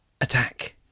Attack